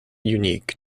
unique